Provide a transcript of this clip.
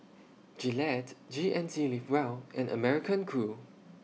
Gillette G N C Live Well and American Crew